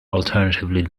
alternately